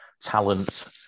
talent